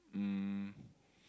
um